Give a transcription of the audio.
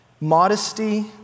modesty